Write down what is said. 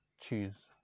cheese